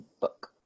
book